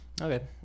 Okay